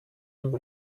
him